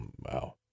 wow